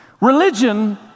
Religion